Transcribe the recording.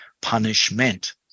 punishment